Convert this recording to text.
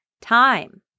time